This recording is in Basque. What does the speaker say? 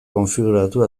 konfiguratu